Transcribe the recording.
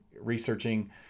researching